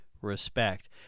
Respect